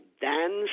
dance